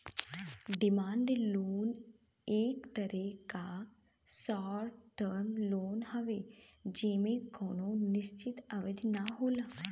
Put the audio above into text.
demand loan एक तरे क शार्ट टर्म लोन हउवे जेमे कउनो निश्चित अवधि न होला